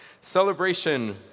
Celebration